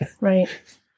right